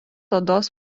odos